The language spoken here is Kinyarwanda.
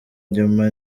nyuma